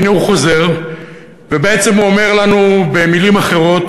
והנה הוא חוזר ובעצם הוא אומר לנו במילים אחרות